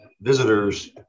visitors